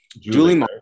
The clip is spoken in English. Julie